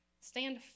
stand